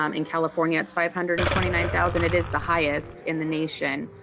um in california it's five hundred and twenty nine thousand, it is the highest in the nation.